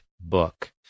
book